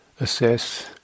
assess